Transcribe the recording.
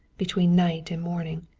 between night and morning.